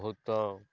ବହୁତ